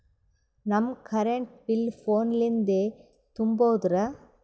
ನಮ್ current bill ಫೋನ ಲಿಂದೇ ತುಂಬೌದ್ರಾ?